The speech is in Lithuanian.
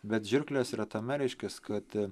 bet žirklės yra tame reiškias kad